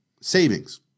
savings